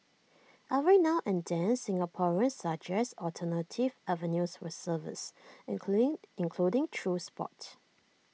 every now and then Singaporeans suggest alternative avenues for service including through Sport